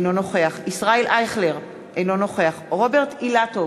אינו נוכח ישראל אייכלר, אינו נוכח רוברט אילטוב,